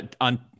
on